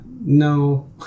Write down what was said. No